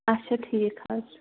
اچھا ٹھیٖک حظ چھُ